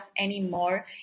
anymore